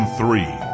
three